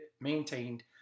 maintained